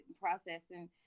processing